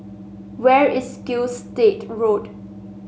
where is Gilstead Road